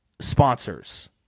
sponsors